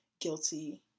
guilty